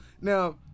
Now